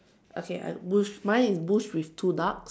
okay goose mine is goose is with two duck